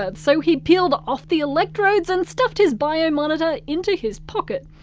but so he peeled off the electrodes and stuffed his biomonitor into his pocket.